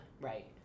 Right